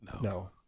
No